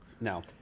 No